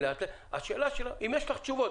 השאלה אם יש לך תשובות.